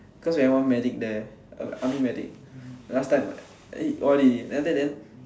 cause we had one medic there army medic last time what O_R_D already then after that then